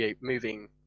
moving